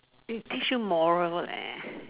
they teach you moral leh